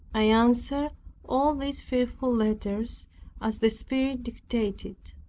i answered all these fearful letters as the spirit dictated.